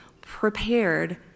prepared